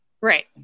Right